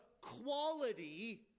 quality